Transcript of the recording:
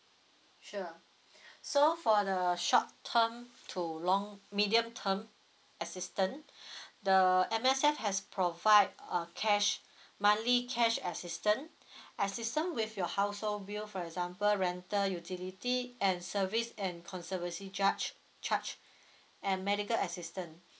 sure so for the short term to long medium term assistant the M_S_F has provide uh cash monthly cash assistant assistant with your household bill for example rental utilities and service and conservancy charge charge and medical assistant